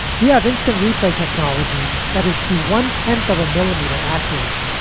we have instant replay technology that is to one tenth of a millimeter accurate.